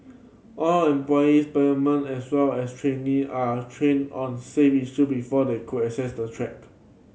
all employees permanent as well as trainee are trained on safe issue before they could access the track